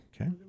Okay